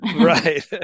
Right